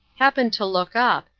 happened to look up,